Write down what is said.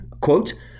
Quote